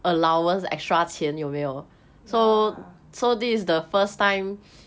ya